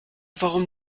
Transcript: warum